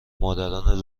مادران